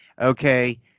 Okay